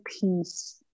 peace